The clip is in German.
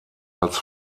als